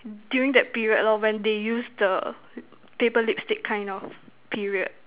during that period lor when they use the paper lipstick kind of period